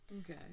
Okay